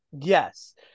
Yes